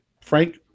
Frank